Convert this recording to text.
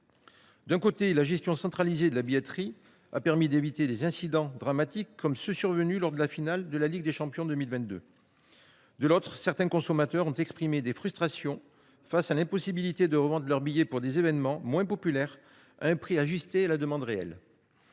D’un côté, la gestion centralisée de la billetterie a permis d’éviter les incidents dramatiques comme ceux qui sont survenus en 2022, lors de la finale de la Ligue des champions. De l’autre, certains consommateurs ont exprimé des frustrations face à l’impossibilité de revendre leurs billets pour des événements moins populaires à un prix ajusté à la demande réelle.